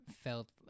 felt